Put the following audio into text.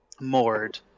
moored